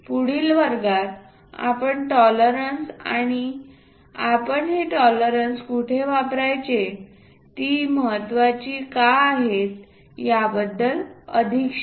पुढील वर्गातआपण टॉलरन्स आणि आपण हे टॉलरन्स कुठे वापरायचे ती महत्त्वाची का आहे याबद्दल अधिक शिकू